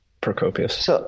Procopius